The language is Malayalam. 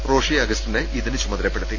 റോഷി അഗസ്റ്റിനെ ഇതിന് ചുമതലപ്പെടുത്തി